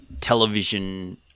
television